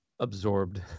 absorbed